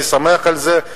אני שמח על זה.